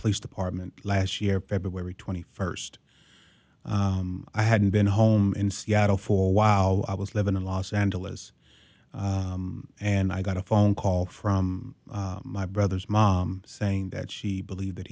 police department last year february twenty first i hadn't been home in seattle for wow i was living in los angeles and i got a phone call from my brother's mom saying that she believed that